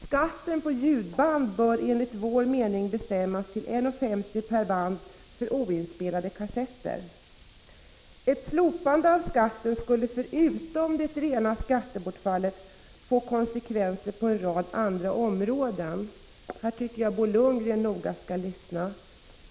Skatten på ljudband bör enligt vår mening bestämmas till 1:50 per band för oinspelade kassetter. Ett slopande av skatten skulle, förutom det rena skattebortfallet, få konsekvenser på en rad andra områden — här tycker jag att Bo Lundgren skall lyssna noga.